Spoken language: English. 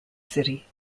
city